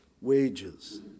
wages